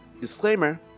Disclaimer